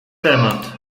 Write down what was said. temat